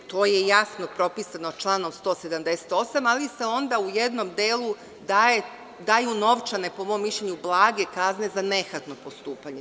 To je jasno propisano članom 178, ali se onda u jednom delu daju novčane, po mom mišljenju blage kazne za nehatno postupanje.